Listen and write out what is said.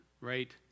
right